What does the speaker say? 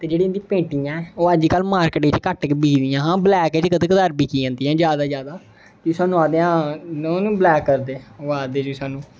ते जेह्ड़ी इं'दी पेंटिंगां ऐ ओह् अज्ज कल मार्किट च घट्ट गै बिकदियां हां ब्लैक च कदें कदें बिकी जंदियां हा जादा जादा फिर सानूं आखदे ब्लैक करदे ओह् आखदे सानूं